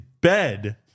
bed